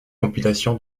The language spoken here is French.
compilation